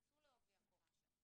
כנסו לעובי הקורה שם.